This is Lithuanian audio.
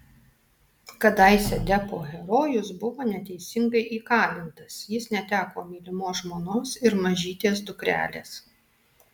kadaise deppo herojus buvo neteisingai įkalintas jis neteko mylimos žmonos ir mažytės dukrelės